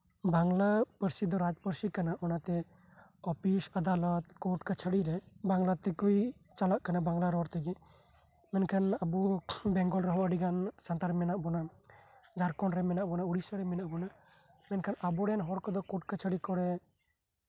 ᱵᱟᱝᱞᱟ ᱯᱟᱹᱨᱥᱤ ᱫᱚ ᱨᱟᱡᱽ ᱯᱟᱹᱨᱥᱤ ᱠᱟᱱᱟ ᱚᱱᱟᱛᱮ ᱚᱯᱷᱤᱥ ᱟᱫᱟᱞᱚᱛ ᱠᱳᱴ ᱠᱟᱪᱷᱟᱨᱤ ᱨᱮ ᱵᱟᱝᱞᱟ ᱛᱮᱜᱮ ᱪᱟᱞᱟᱜ ᱠᱟᱱᱟ ᱵᱟᱝᱞᱟ ᱨᱚᱲᱛᱮ ᱢᱮᱱᱠᱷᱟᱱ ᱟᱵᱚᱚ ᱵᱮᱝᱜᱚᱞ ᱨᱮᱱ ᱦᱚᱲ ᱟᱵᱚ ᱥᱟᱱᱛᱟᱲ ᱢᱮᱱᱟᱜ ᱵᱚᱱᱟ ᱡᱷᱟᱲᱠᱷᱚᱱᱰ ᱨᱮ ᱢᱮᱱᱟᱜ ᱵᱚᱱᱟ ᱩᱲᱤᱥᱥᱟ ᱨᱮ ᱢᱮᱱᱟᱜ ᱵᱚᱱᱟ ᱢᱮᱱᱠᱷᱟᱱ ᱟᱵᱚ ᱨᱮᱱ ᱦᱚᱲ ᱫᱚ ᱠᱳᱴ ᱠᱟᱪᱷᱟᱨᱤ ᱠᱚᱨᱮᱜ